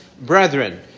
brethren